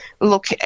look